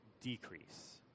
decrease